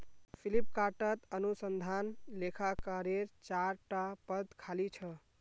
फ्लिपकार्टत अनुसंधान लेखाकारेर चार टा पद खाली छ